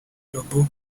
robo